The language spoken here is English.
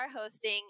hosting